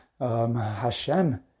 Hashem